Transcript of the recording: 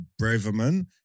Braverman